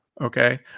okay